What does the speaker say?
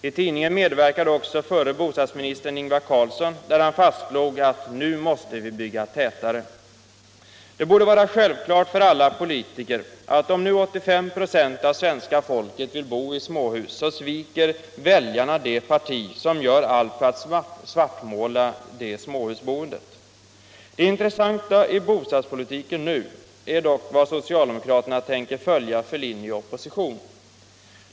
I tidningen medverkade också Ingvar Carlsson, där han fastslog att ”nu måste vi bygga tätare.” Det borde vara självklart för alla politiker att om nu 85 ”6 av svenska folket vill bo i småhus så sviker väljarna det parti som gör allt för att svartmåla småhusboendet. Det intressanta i bostadspolitiken nu är dock vad socialdemokraterna tänker följa för linje i opposition.